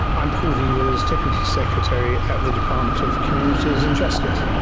i'm paul vevers, deputy secretary at the department of communities and justice.